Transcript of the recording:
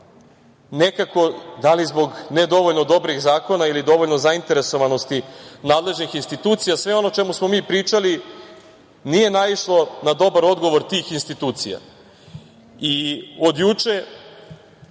nekako, da li zbog nedovoljno dobrih zakona ili dovoljno zainteresovanosti nadležnih institucija, sve ono o čemu smo mi pričali nije naišlo na dobar odgovor tih institucija. I od juče